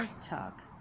talk